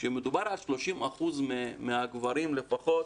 כשמדובר על 30% מהגברים לפחות,